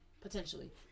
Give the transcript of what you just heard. Potentially